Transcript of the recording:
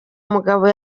mugabo